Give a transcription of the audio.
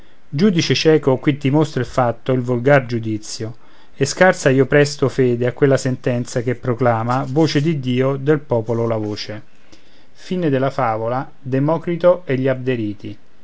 giudice cieco qui ti mostra il fatto il volgare giudizio e scarsa io presto fede a quella sentenza che proclama voce di dio del popolo la voce